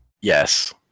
Yes